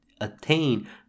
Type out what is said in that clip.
attain